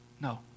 No